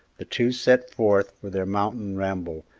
the two set forth for their mountain ramble,